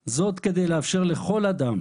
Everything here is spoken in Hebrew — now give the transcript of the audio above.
היא החשובה יותר: "זאת כדי לאפשר לכל אדם